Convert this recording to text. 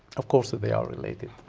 of course they are related.